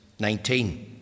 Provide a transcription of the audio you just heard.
19